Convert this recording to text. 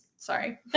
Sorry